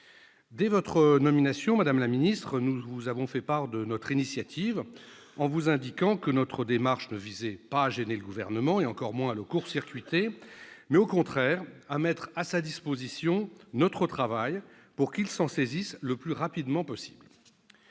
Dès votre nomination, madame la ministre, nous vous avons fait part de notre initiative, en vous indiquant que notre démarche visait non pas à gêner le Gouvernement, encore moins à le court-circuiter, mais, au contraire, à mettre à sa disposition notre travail, pour qu'il s'en saisisse le plus rapidement possible.